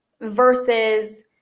versus